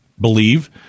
believe